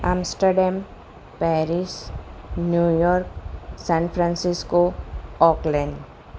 Amsterdam Paris New York San Francisco Oakland